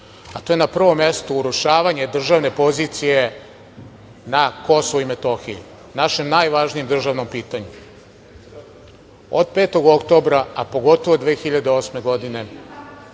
a to je na prvom mestu urušavanje državne pozicije na Kosovu i Metohiji, našem najvažnijem pitanju. Od 5. oktobra, a pogotovo od 2008. godine,